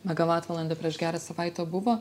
megavatvalandę prieš gerą savaitę buvo